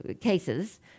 cases